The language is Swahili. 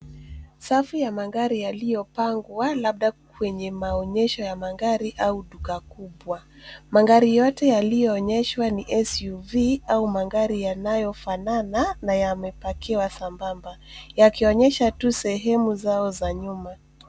Safu ya magari yaliyopangwa labda kwenye maonyesho ya magari au duka kubwa. Magari yote yalionyeshwa ni SUV au magari yanayofanana na yamepakiwa sambamba, yakionyesha tu sehemu zao za nyuma.